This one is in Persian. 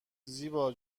زیبا